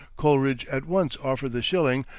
coleridge at once offered the shilling,